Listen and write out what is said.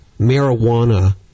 marijuana